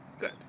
Good